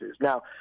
Now